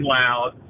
loud